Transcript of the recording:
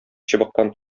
чыбыктан